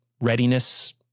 readiness